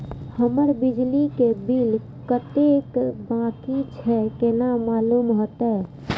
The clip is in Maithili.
हमर बिजली के बिल कतेक बाकी छे केना मालूम होते?